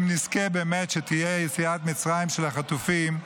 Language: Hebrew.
אם נזכה באמת שתהיה יציאת מצרים של החטופים,